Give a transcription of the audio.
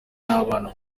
n’abana